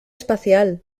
espacial